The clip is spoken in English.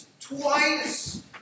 twice